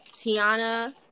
Tiana